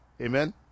amen